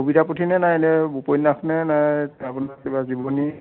কবিতা পুথি নে নাই ইনেই উপন্যাস নে নাই কাৰোবাৰ কিবা জীৱনী